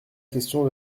question